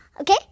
Okay